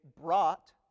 brought